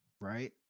right